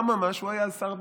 אממה, שהוא היה אז שר הביטחון.